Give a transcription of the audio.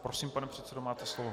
Prosím pane předsedo, máte slovo.